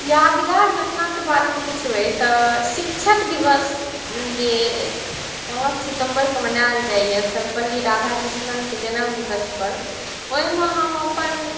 यादगार घटनाके बारेमे पुछबै तऽ शिक्षक दिवस जे पाँच सितम्बरके मनाओल जाइए सर्वपल्ली राधाकृष्णनके जनमदिवसपर ओहिमे हम अपन